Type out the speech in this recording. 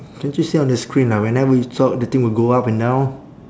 can't you see on the screen like whenever you talk the thing will go up and down